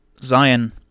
Zion